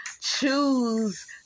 Choose